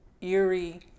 eerie